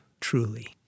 truly